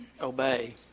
obey